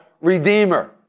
Redeemer